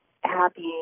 happy